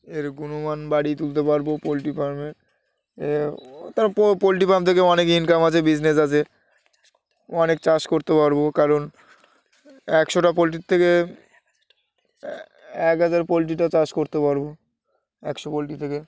এর গুণমান বাড়িয়ে তুলতে পারব পোলট্রি ফার্মের এ তার পরে পোলট্রি ফার্ম থেকে অনেক ইনকাম আছে বিজনেস আছে অনেক চাষ করতে পারব কারণ একশোটা পোলট্রির থেকে এক হাজার পোলট্রিটা চাষ করতে পারব একশো পোলট্রি থেকে